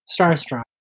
Starstruck